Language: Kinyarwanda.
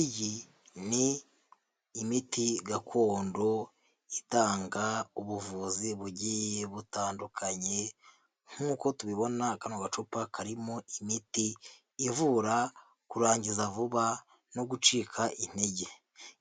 Iyi ni imiti gakondo itanga ubuvuzi bugiye butandukanye nk'uko tubibona akano gacupa karimo imiti ivura kurangiza vuba no gucika intege.